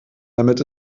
damit